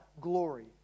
glory